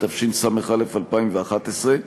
התשס"א 2001,